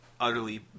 utterly